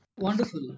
Wonderful